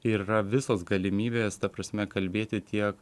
ir yra visos galimybės ta prasme kalbėti tiek